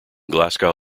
glasgow